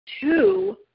two